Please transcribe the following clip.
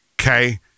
Okay